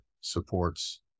supports